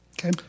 Okay